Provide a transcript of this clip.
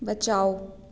बचाओ